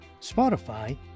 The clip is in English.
Spotify